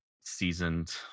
seasoned